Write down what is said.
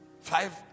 Five